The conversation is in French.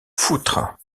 foutre